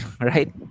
right